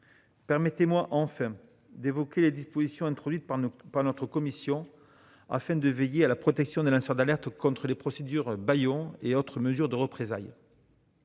Permettez-moi, enfin, d'évoquer les dispositions introduites par notre commission, afin de veiller à la protection des lanceurs d'alerte contre les procédures bâillons et autres mesures de représailles.